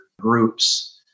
groups